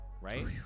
Right